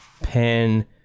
pen